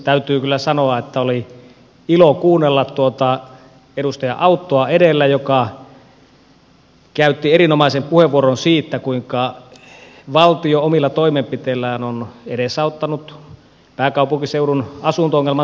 täytyy kyllä sanoa että oli ilo kuunnella edellä tuota edustaja auttoa joka käytti erinomaisen puheenvuoron siitä kuinka valtio omilla toimenpiteillään on edesauttanut pääkaupunkiseudun asunto ongelman syntymistä